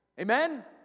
amen